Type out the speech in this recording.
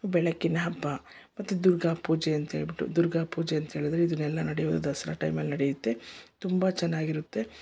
ಬೆಳಕಿನ ಹಬ್ಬ ಮತ್ತು ದುರ್ಗಾ ಪೂಜೆ ಅಂಥೇಳ್ಬಿಟ್ಟು ದುರ್ಗಾ ಪೂಜೆ ಅಂತ ಹೇಳಿದರೆ ಇದನ್ನೆಲ್ಲ ನಡೆಯೋದು ದಸರಾ ಟೈಮಲ್ಲಿ ನಡೆಯುತ್ತೆ ತುಂಬ ಚೆನ್ನಾಗಿರುತ್ತೆ